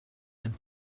and